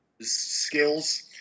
skills